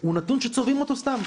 הוא נתון שצובעים אותו סתם.